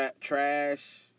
trash